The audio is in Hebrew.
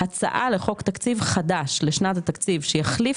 הצעה לחוק תקציב חדש לשנת תקציב שיחליף